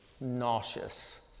nauseous